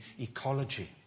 ecology